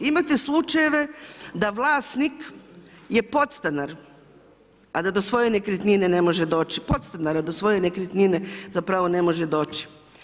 Imate slučajeve da vlasnik je podstanar, a da do svoje nekretnine ne može doći, podstanar, a do svoje nekretnine ne može doći.